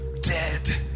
dead